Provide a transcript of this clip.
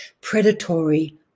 predatory